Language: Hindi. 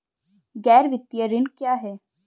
गैर वित्तीय ऋण क्या है?